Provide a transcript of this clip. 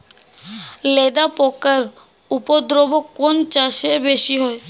লেদা পোকার উপদ্রব কোন চাষে বেশি হয়?